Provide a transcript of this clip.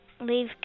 leave